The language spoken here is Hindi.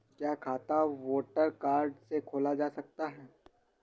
क्या खाता वोटर कार्ड से खोला जा सकता है?